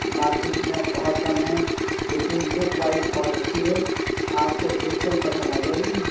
market میں بہت کم ہیں لیکن لک وائز بہت اچھی ہے آپ کو دیکھتے ہی پسند آ جائے گی